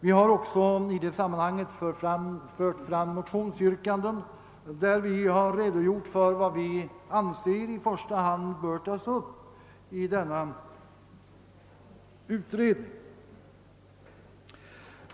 Vi har i ett motionsyrkande i detta sammanhang även redogjort för vad vi anser att denna utredning i första hand bör ta upp.